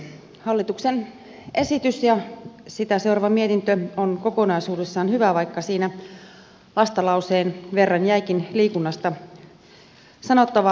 hallituksen esitys ja sitä seuraava mietintö on kokonaisuudessaan hyvä vaikka siinä vastalauseen verran jäikin liikunnasta sanottavaa